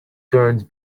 turns